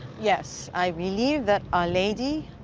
yes, i believe that a lady,